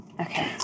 Okay